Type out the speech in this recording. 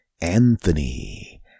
Anthony